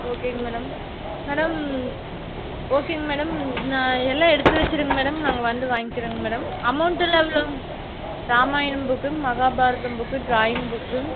ஓகேங்க madam madam ஓகேங்க madam நான் எல்லாம் எடுத்து வச்சுருங்க மேடம் நாங்கள் வந்து வாங்கிக்கிறோங்க மேடம் அமௌண்ட்டெலாம் எவ்வளோ ராமாயணம் புக்குங்க மகாபாரதம் புக்கு ட்ராயிங் புக்கு